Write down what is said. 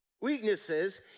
weaknesses